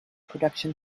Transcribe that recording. production